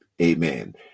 amen